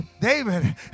David